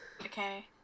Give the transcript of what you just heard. Okay